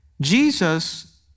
Jesus